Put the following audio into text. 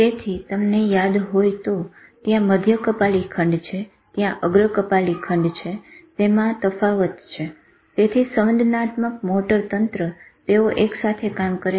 તેથી તમને તાળ હોય તો ત્યાં મધ્ય કપાલી ખંડ છે ત્યાં અગ્ર કપાલી ખંડ છ તેમાં તફાવત છે તેથી સંવેદનાત્મક અને મોટોર તંત્ર તેઓ એક સાથે કામ કરે છે